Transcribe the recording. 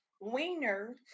wiener